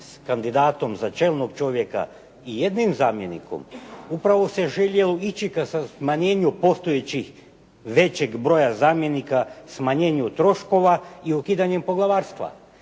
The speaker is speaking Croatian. s kandidatom za čelnog čovjeka i jednim zamjenikom upravo se željelo ići ka smanjenju postojećeg većeg broja zamjenika, smanjenju troškova i ukidanjem poglavarstva.